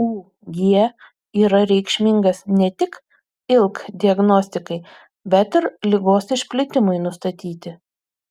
ug yra reikšmingas ne tik ilk diagnostikai bet ir ligos išplitimui nustatyti